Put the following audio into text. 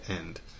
end